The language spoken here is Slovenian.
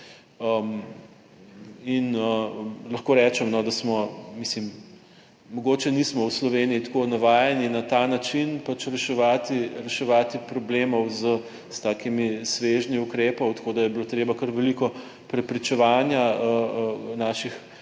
in lahko rečem, da smo, mogoče nismo v Sloveniji tako navajeni na ta način, pač, reševati, reševati problemov s takimi svežnji ukrepov, tako da je bilo treba kar veliko prepričevanja naših